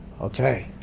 Okay